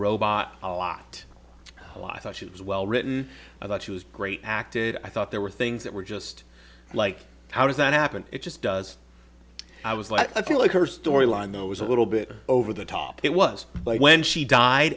robot a lot a lot she was well written i thought she was great acted i thought there were things that were just like how does that happen it just does i was like i feel like her story line that was a little bit over the top it was like when she died